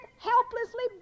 helplessly